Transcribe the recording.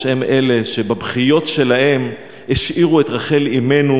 הם אלה שבבכיות שלהם השאירו את רחל אמנו.